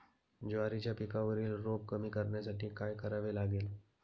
ज्वारीच्या पिकावरील रोग कमी करण्यासाठी काय करावे लागेल?